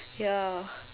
ya